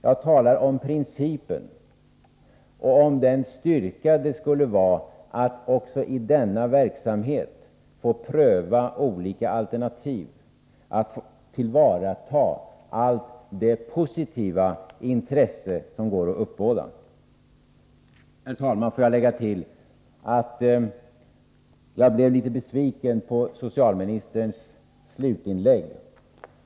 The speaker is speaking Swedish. Jag talar om principen och om den styrka det skulle vara att också i denna verksamhet få pröva olika alternativ, att tillvarata allt det positiva intresse som går att uppbåda. Herr talman! Låt mig tillägga att jag blev litet besviken på socialministerns slutinlägg.